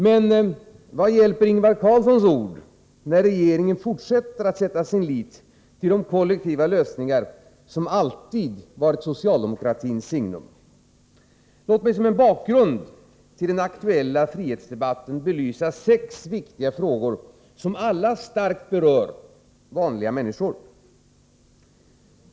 Men vad hjälper Ingvar Carlssons ord, när regeringen fortsätter att sätta sin lit till de kollektiva lösningar som alltid varit socialdemokratins signum. Låt mig som en bakgrund till den aktuella frihetsdebatten belysa sex viktiga frågor som alla starkt berör vanliga människor.